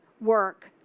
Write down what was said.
work